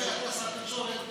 מכיוון שאתה שר תקשורת,